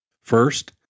First